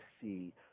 see